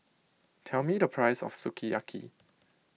tell me the price of Sukiyaki